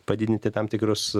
padidinti tam tikrus